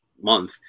month